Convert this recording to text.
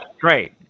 great